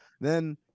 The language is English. Then-